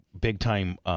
big-time